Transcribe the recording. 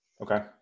Okay